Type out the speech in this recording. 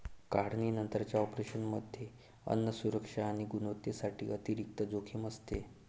काढणीनंतरच्या ऑपरेशनमध्ये अन्न सुरक्षा आणि गुणवत्तेसाठी अतिरिक्त जोखीम असते